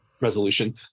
resolution